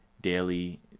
daily